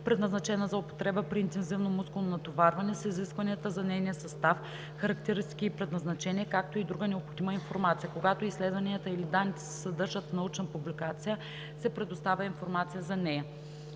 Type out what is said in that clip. предназначена за употреба при интензивно мускулно натоварване, с изискванията за нейния състав, характеристики и предназначение, както и друга необходима информация. Когато изследванията или данните се съдържат в научна публикация, се предоставя информация за нея.